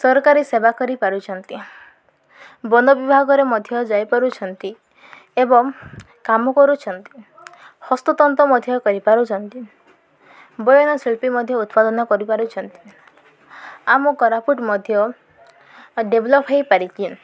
ସରକାରୀ ସେବା କରିପାରୁଛନ୍ତି ବନ ବିଭାଗରେ ମଧ୍ୟ ଯାଇପାରୁଛନ୍ତି ଏବଂ କାମ କରୁଛନ୍ତି ହସ୍ତତନ୍ତ ମଧ୍ୟ କରିପାରୁଛନ୍ତି ବୟନଶିଳ୍ପୀ ମଧ୍ୟ ଉତ୍ପାଦନ କରିପାରୁଛନ୍ତି ଆମ କୋରାପୁଟ ମଧ୍ୟ ଡେଭଲପ ହେଇପାରିଛି